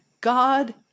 God